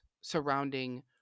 surrounding